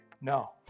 No